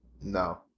No